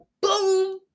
Boom